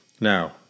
Now